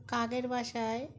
কাকের বাসায়